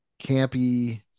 campy